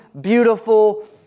beautiful